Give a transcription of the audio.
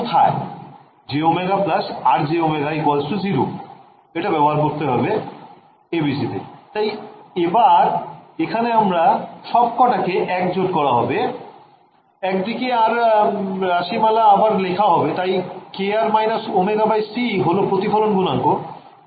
jω Rjω 0 এটা ব্যবহৃত হবে ABC তে